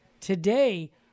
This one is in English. today